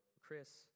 Chris